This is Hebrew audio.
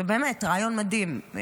באמת, רעיון מדהים.